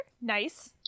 Nice